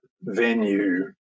venue